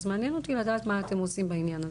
אז מעניין אותי לדעת מה אתם עושים בעניין הזה.